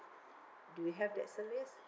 do you have that service